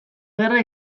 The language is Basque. gerra